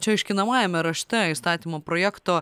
čia aiškinamajame rašte įstatymo projekto